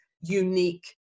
unique